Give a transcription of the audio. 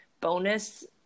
bonus